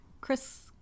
Chris